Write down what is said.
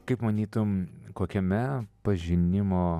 kaip manytum kokiame pažinimo